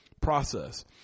process